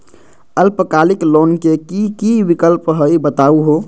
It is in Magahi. अल्पकालिक लोन के कि कि विक्लप हई बताहु हो?